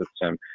system